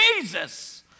Jesus